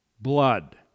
blood